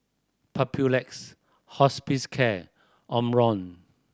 Papulex Hospicare Omron